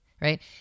right